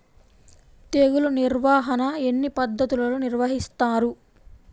తెగులు నిర్వాహణ ఎన్ని పద్ధతులలో నిర్వహిస్తారు?